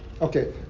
Okay